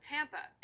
Tampa